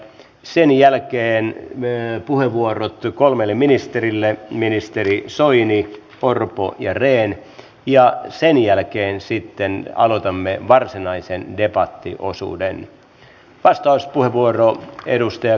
sen jälkeen puheenvuorot kolmelle ministerille ministeri soini orpo ja rehn ja sen jälkeen sitten aloitamme varsinaisen debattiosuuden